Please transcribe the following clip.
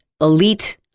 elite